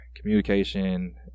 communication